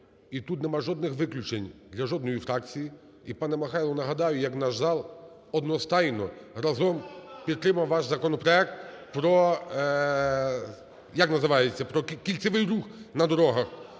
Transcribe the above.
і тут нема жодних виключень для жодної фракції. І, пане Михайло, нагадаю, як наш зал одностайно разом підтримав ваш законопроект про… як називається? Про кільцевий рух на дорогах.